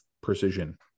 precision